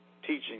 teaching